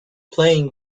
playing